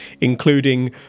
including